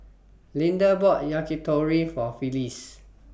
Linda bought Yakitori For Phyllis